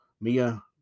Mia